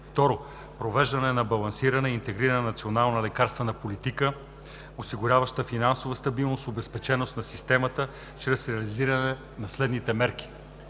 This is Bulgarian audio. Второ, провеждане на балансирана и интегрирана национална лекарствена политика, осигуряваща финансова стабилност, обезпеченост на системата чрез реализиране на следните мерки: